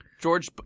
George